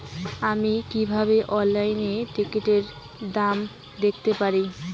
আমি কিভাবে অনলাইনে ট্রাক্টরের দাম দেখতে পারি?